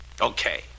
Okay